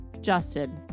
Justin